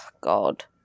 God